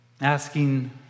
Asking